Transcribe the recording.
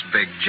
Big